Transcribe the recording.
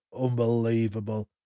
unbelievable